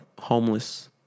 homeless